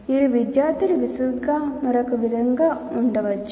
మీరు విద్యార్థుల విసుగుగా మరొక విధంగా ఉంచవచ్చు